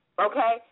okay